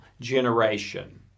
generation